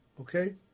Okay